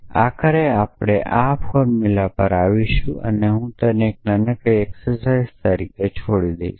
પરંતુ આખરે આપણે આ ફોર્મુલા પર આવીશું અને હું તેને એક નાનકડી એક્સરસાઇજ તરીકે છોડી દઈશ